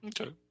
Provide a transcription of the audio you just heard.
Okay